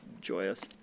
joyous